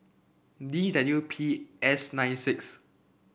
D W P S nine six